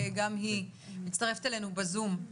שגם היא מצטרפת אלינו בזום.